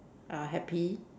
are happy